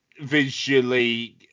Visually